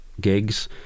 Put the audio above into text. gigs